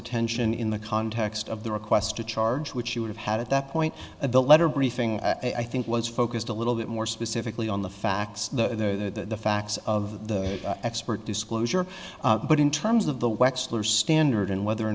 attention in the context of the request to charge which she would have had at that point of the letter briefing i think was focused a little bit more specifically on the facts the facts of the expert disclosure but in terms of the wexler standard and whether or